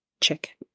Check